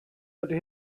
dydy